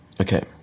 Okay